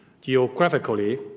Geographically